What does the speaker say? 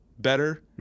Better